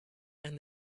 and